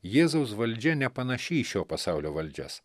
jėzaus valdžia nepanaši į šio pasaulio valdžias